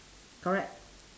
correct